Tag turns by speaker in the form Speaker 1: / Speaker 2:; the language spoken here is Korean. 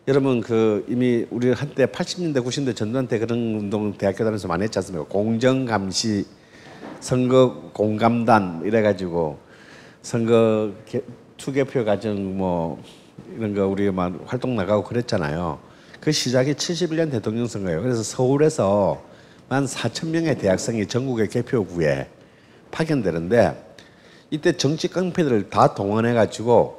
Speaker 1: 여러분, 그 이미 우리 한때 80년대, 90년대 전두환 때 그런 운동은 대학교 다니면서 많이 했지 않습니까? 공정감시, 선거 공감단 이래가지고 선거 개- 투개표 가정 뭐 이런 거 우리 막 활동 나가고 그랬잖아요. 그 시작이 71년 대통령 선거예요. 그래서 서울에서 14,000명의 대학생이 전국의 개표구에 파견되는데 이때 정치 깡패들을 다 동원해가지고